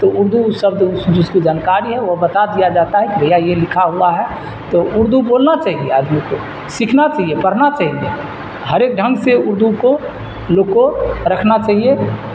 تو اردو شبد جس کی جانکاری ہے وہ بتا دیا جاتا ہے بھیا یہ لکھا ہوا ہے تو اردو بولنا چاہیے آدمی کو سیکھنا چاہیے پڑھنا چاہیے ہر ایک ڈھنگ سے اردو کو لوگ کو رکھنا چاہیے